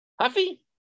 huffy